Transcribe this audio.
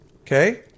okay